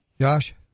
Josh